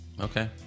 Okay